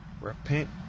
repent